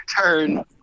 turn